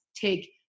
take